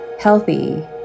healthy